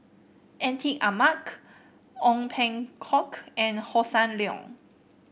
Atin Amat Ong Peng Hock and Hossan Leong